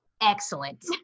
Excellent